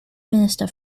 minister